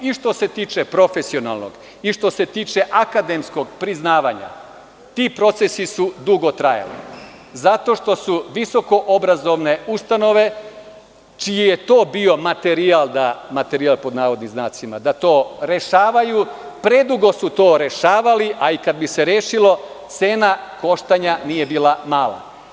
I što se tiče profesionalnog i što se tiče akademskog priznavanja ti procesi su dugo trajali, zato što su visokoobrazovne ustanove, čiji je to bio „materijal“ da to rešavaju, predugo to rešavale, a i kada bi se rešilo, cena koštanja nije bilo mala.